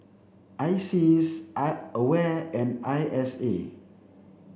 ISEAS I AWARE and I S A